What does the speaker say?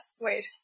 wait